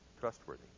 trustworthy